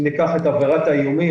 אם ניקח את עבירת האיומים,